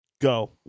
go